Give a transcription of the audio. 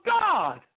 God